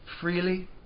freely